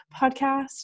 podcast